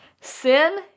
Sin